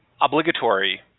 obligatory